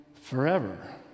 forever